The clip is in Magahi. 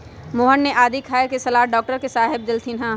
मोहन के आदी खाए के सलाह डॉक्टर साहेब देलथिन ह